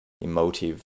emotive